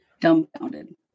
Dumbfounded